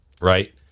right